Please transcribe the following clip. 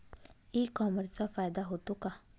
E कॉमर्सचा फायदा होतो का?